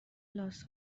لاس